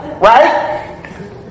Right